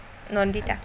Nandita